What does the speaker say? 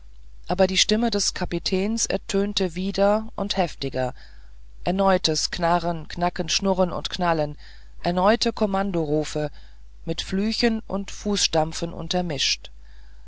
aber die stimme des kapitäns ertönte wieder und heftiger erneutes knarren knacken schurren und knallen erneute kommandorufe mit flüchen und fußstampfen